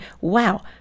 wow